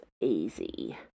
easy